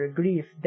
grief